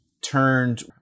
turned